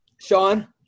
Sean